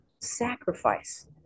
sacrifice